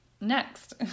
Next